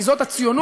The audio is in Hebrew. כי זאת הציונות,